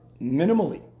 minimally